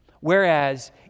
Whereas